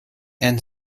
and